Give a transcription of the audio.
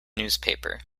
newspaper